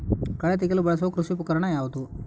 ಕಳೆ ತೆಗೆಯಲು ಬಳಸುವ ಕೃಷಿ ಉಪಕರಣ ಯಾವುದು?